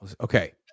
Okay